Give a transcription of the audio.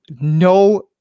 no